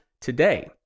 today